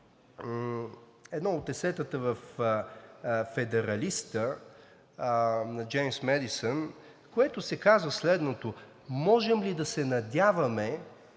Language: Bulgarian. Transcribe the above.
едно от есетата във „Федералистът“ на Джеймс Медисън, в което се казва следното: „Можем ли да се надяваме